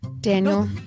Daniel